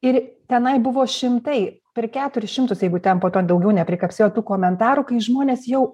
ir tenai buvo šimtai per keturis šimtus jeigu ten po to daugiau neprikapsėjo tų komentarų kai žmonės jau